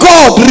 God